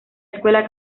escuela